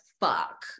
fuck